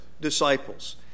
disciples